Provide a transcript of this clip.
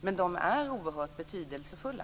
Men de är oerhört betydelsefulla.